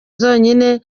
zonyine